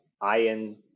Iron